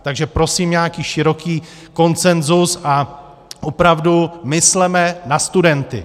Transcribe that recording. Takže prosím nějaký široký konsenzus a opravdu mysleme na studenty.